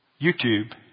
YouTube